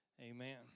Amen